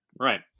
right